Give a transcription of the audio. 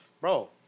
Bro